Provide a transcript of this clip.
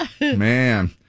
Man